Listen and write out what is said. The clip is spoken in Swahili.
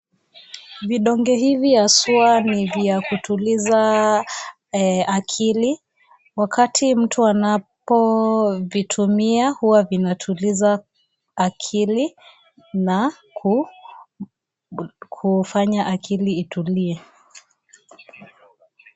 Vidonge hivi haswa ni vya kutuliza akili wakati mtu anavyovitumia vinatuliza akili na kufanya akili itulie.